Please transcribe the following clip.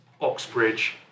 Oxbridge